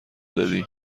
دادی